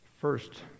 first